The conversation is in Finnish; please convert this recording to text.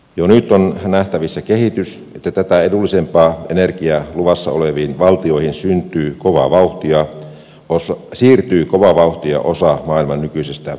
jo nyt on nähtävissä kehitys että valtioihin joissa on luvassa tätä edullisempaa energiaa siirtyy kovaa vauhtia osa maailman nykyisistä teollisista työpaikoista